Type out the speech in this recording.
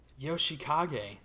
Yoshikage